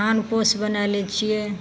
खानपोश बनाय लै छियै